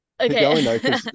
Okay